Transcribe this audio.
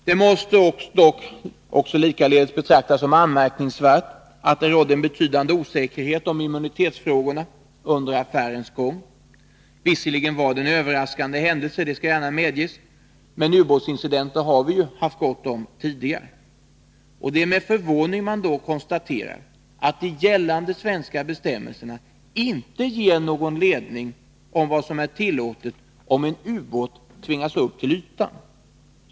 Det måste dock likaledes betraktas som anmärkningsvärt att det rådde en betydande osäkerhet om immunitetsfrågorna under affärens gång. Visserligen var det en överraskande händelse, det skall gärna medges, men ubåtsincidenter har vi haft go." om tidigare. Det är med förvåning man då konstaterar att de gällande svenska bestämmelserna inte ger någon ledning för vad som är tillåtet, om en ubåt tvingas upp till ytan.